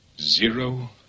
Zero